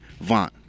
Vaughn